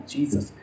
Jesus